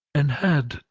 and had,